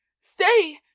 Stay